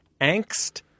angst